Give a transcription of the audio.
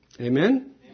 Amen